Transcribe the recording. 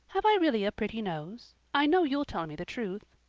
have i really a pretty nose? i know you'll tell me the truth.